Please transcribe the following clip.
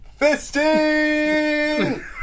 Fisting